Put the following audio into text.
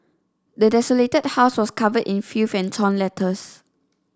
the desolated house was covered in filth and torn letters